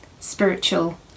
spiritual